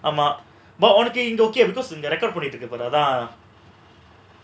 ஆமா அவனுக்கு இங்க:aamaa avanukku inga recover பண்ணிட்ருக்கு:pannitrukku